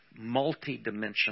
multidimensional